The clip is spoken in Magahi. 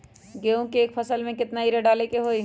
गेंहू के एक फसल में यूरिया केतना बार डाले के होई?